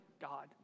god